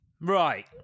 Right